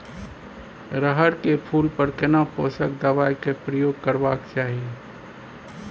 रहर के फूल पर केना पोषक दबाय के प्रयोग करबाक चाही?